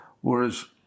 Whereas